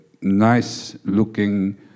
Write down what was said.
nice-looking